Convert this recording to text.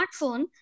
smartphone